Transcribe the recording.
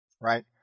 right